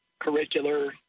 curricular